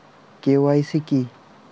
KYC কি?